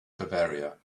bavaria